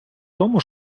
тому